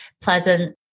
pleasant